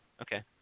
Okay